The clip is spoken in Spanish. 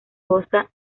goza